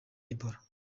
ebola